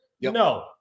no